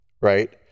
right